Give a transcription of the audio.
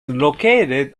located